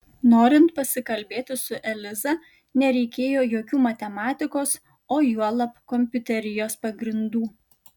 norint pasikalbėti su eliza nereikėjo jokių matematikos o juolab kompiuterijos pagrindų